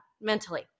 mentally